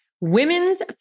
Women's